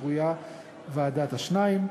שקרויה "ועדת השניים".